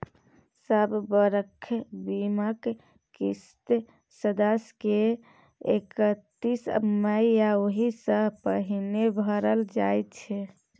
सब बरख बीमाक किस्त सदस्य के एकतीस मइ या ओहि सँ पहिने भरल जाइ छै